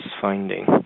finding